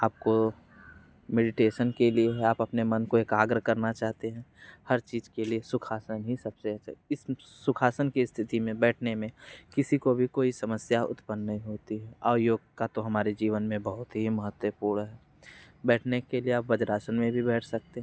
आपको मेडिटेसन के लिए आप अपने मन को एकाग्र करना चाहते हैं हर चीज़ के लिए सुखासन ही सबसे अच्छा है इस सुखासन की सिथित में बैठने मैं किसी को भी कोई भी समस्या उत्पन्न नहीं होती और योग का तो हमारे जीवन में बहुत ही महत्वपूर्ण बैठने के लिए आप वज्रासन में भी बैठ सकते हैं